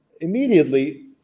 immediately